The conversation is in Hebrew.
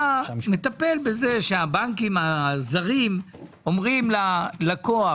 אתה מטפל בזה שהבנקים הזרים אומרים ללקוח